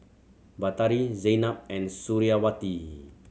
Batari Zaynab and Suriawati